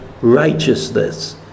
righteousness